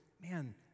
man